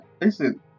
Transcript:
listen